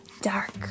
dark